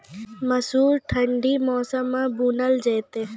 मसूर ठंडी मौसम मे बूनल जेतै?